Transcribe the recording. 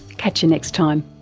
catch you next time.